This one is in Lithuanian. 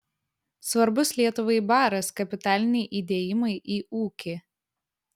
svarbus lietuvai baras kapitaliniai įdėjimai į ūkį